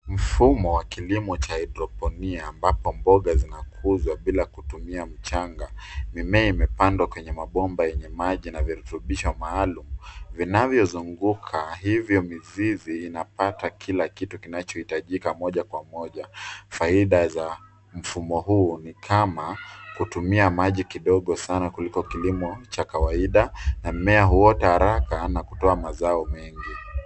Mfumo wa kilimo cha (cs)hydroponia (cs)ambapo mboga zinakuzwa bila kutumia mchanga. Mimea imepandwa kwenye mabomba yenye maji na virutubisho maalum, vinavyozunguka hivyo mizizi inapata kila kitu kinachohitajika moja kwa moja. Faida za mfumo huu ni kama, kutumia maji kidogo sana kuliko kilimo cha kawaida, na mmea huota haraka na kutoa mazao mengi.